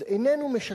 אז איננו משקר,